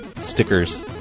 stickers